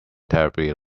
terribly